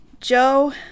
Joe